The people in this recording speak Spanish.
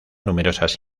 numerosas